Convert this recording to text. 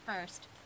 first